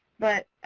but